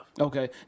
Okay